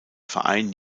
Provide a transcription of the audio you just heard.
verein